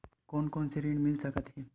कोन कोन से ऋण मिल सकत हे?